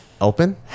open